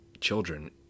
children